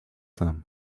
them